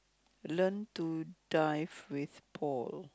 learn to dive with Paul